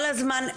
כל הזמן,